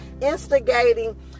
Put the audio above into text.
instigating